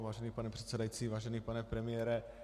Vážený pane předsedající, vážený pane premiére.